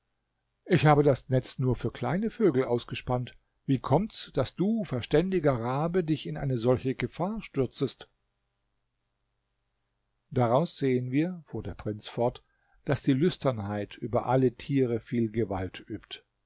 ich habe das netz nur für kleine vögel ausgespannt wie kommt's daß du verständiger rabe dich in eine solche gefahr stürzest daraus sehen wir fuhr der prinz fort daß die lüsternheit über alle tiere viel gewalt übt